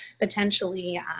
potentially